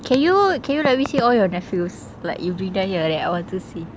can you can you let me say all your nephews like you bring them here like that I want to see